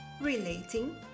RELATING